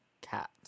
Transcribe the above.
cat